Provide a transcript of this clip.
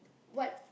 what